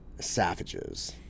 savages